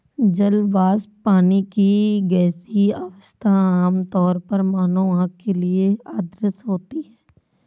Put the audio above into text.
जल वाष्प, पानी की गैसीय अवस्था, आमतौर पर मानव आँख के लिए अदृश्य होती है